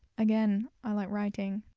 again, i like writing.